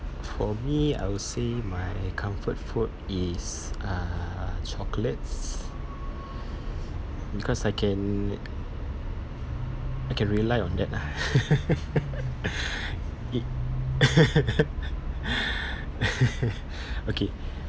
for me I would say my comfort food is uh chocolates because I can I can rely on that lah it okay